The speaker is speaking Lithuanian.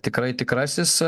tikrai tikrasis